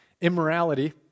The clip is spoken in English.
Immorality